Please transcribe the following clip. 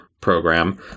program